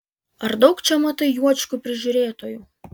ar daug čia matai juočkių prižiūrėtojų